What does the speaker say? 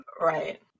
Right